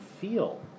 feel